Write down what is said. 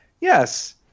yes